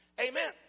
Amen